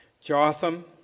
Jotham